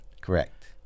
Correct